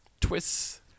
Twists